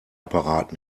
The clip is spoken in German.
apparat